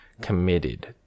committed